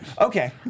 Okay